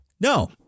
No